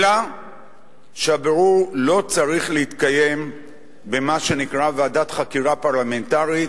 אלא שהבירור לא צריך להתקיים במה שנקרא ועדת חקירה פרלמנטרית,